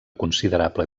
considerable